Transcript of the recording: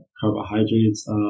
carbohydrates